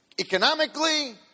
economically